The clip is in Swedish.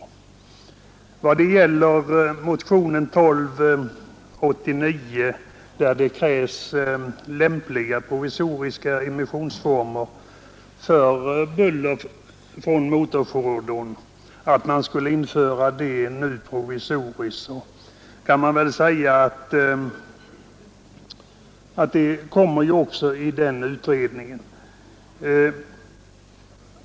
Kraven i motionen 1289, att lämpliga emissionsnormer för buller från motorfordon skall införas provisoriskt, kommer också att behandlas av utredningen.